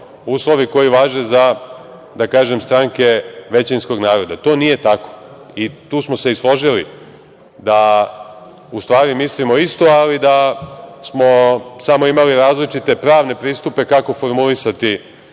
uslovi koji važe za, da tako kažem, stranke većinskog naroda. To nije tako. Tu smo se i složili, da u stvari mislimo isto ali da smo samo imali različite pravne pristupe kako formulisati